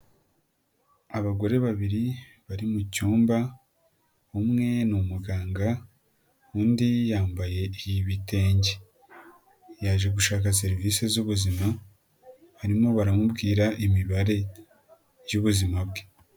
Abagore babiri bari mu cyumba, umwe ni umuganga undi yambaye ibitenge, yaje gushaka serivisi z'ubuzima barimo baramubwira imibare y'ubuzima bwe.